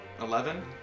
Eleven